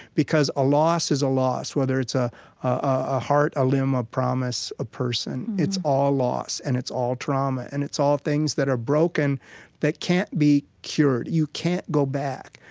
because a loss is a loss, whether it's a a heart, a limb, a promise, a person. it's all loss, and it's all trauma, and it's all things that are broken that can't be cured. you can't go back.